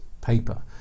paper